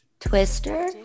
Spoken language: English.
twister